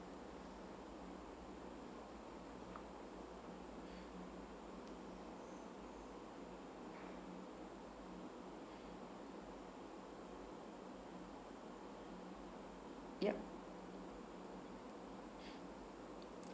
yup